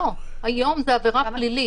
לא, היום זאת עברה פלילית.